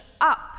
up